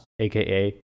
aka